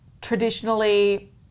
traditionally